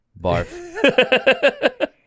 Barf